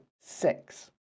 six